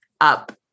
up